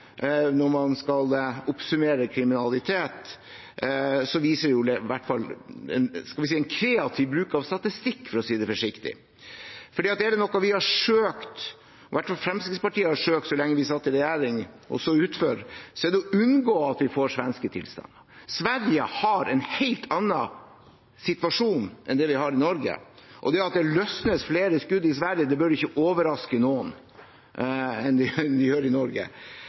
når man skal oppsummere kriminalitet, viser det i hvert fall en kreativ bruk av statistikk, for å si det forsiktig. Er det noe i hvert fall Fremskrittspartiet søkte så lenge vi satt i regjering, var det å unngå å få svenske tilstander. Sverige har en helt annen situasjon enn vi har i Norge, og det at det løsnes flere skudd i Sverige enn i Norge, bør ikke overraske noen. Det er altså en helt vanvittig dårlig bruk av statistikk. Jeg har egentlig liten forståelse for at man begir seg inn på den typen forsøk i